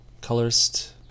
colorist